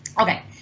Okay